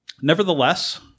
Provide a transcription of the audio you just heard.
Nevertheless